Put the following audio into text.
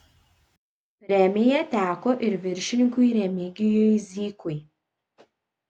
premija teko ir viršininkui remigijui zykui